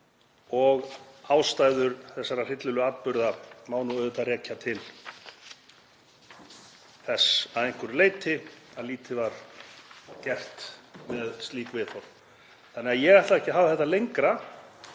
Ástæður þessara hryllilegu atburða má auðvitað rekja til þess að einhverju leyti að lítið var gert með slík viðhorf. Ég ætla ekki að hafa þetta lengra.